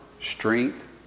strength